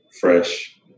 fresh